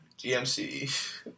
GMC